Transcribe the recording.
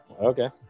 Okay